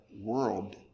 world